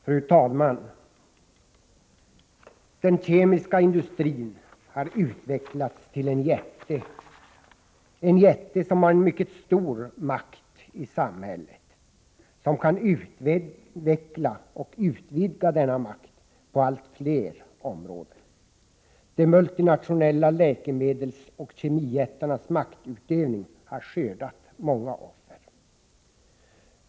Fru talman! Den kemiska industrin har utvecklats till en jätte. Det är en jätte som har en mycket stor makt i samhället, som kan utveckla och utvidga denna makt på allt fler områden. De multinationella läkemedelsoch kemijättarnas maktutövning har skördat många offer.